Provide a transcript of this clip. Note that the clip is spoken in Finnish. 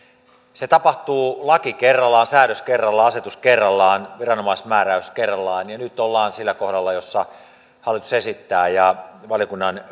se tapahtuu laki kerrallaan säädös kerrallaan asetus kerrallaan viranomaismääräys kerrallaan ja nyt ollaan sillä kohdalla jossa hallitus esittää ja valiokunnan